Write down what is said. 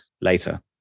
later